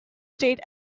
state